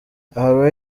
aha